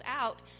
out